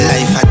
Life